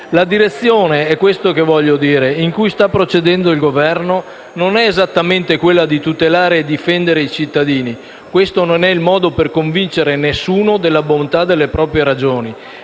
dire è che la direzione in cui sta procedendo il Governo non è esattamente quella di tutelare e difendere i cittadini. Questo non è il modo per convincere nessuno della bontà delle proprie ragioni